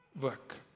work